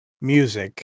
music